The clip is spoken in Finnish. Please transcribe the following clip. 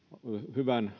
hyvän